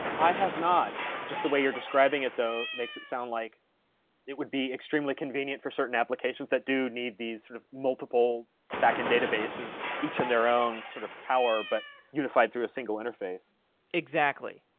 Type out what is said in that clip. i have not. just the way you're describing it though, makes it sound like it would be extremely convenient for certain applications that do need these sort of multiple backend databases each in their own sort of power, but unified through a single interface exactly.